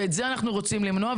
ואת זה אנחנו רוצים למנוע.